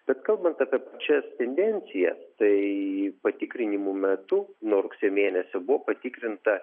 bet kalbant apie šias tendencijas tai patikrinimų metu nuo rugsėjo mėnesio buvo patikrinta